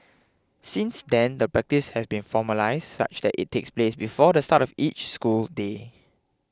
since then the practice has been formalised such that it takes place before the start of each school day